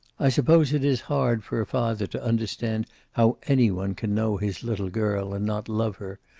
i suppose it is hard for a father to understand how any one can know his little girl and not love her.